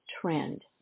trend